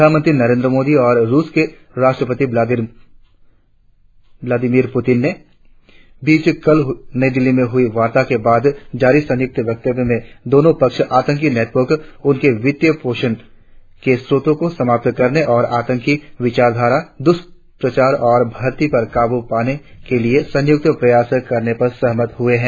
प्रधानमंत्री नरेंद्र मोदी और रुस के राष्ट्रपति व्लादिमीर प्रतिन के बीच कल नई दिल्ली में हुए वार्ता के बाद जारी संयुक्त वक्तव्य में दोनों पक्ष आतंकी नेटवर्क उनके वित्तीय पोषण के स्त्रोतो कों समाप्त करने और आतंकी विचारधारा द्रष्प्रचार और भर्ती पर काबू पाने के लिए संयुक्त प्रयास करने पर सहमत हुए है